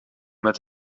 met